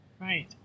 Right